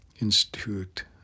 Institute